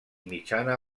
mitjana